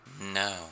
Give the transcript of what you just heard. No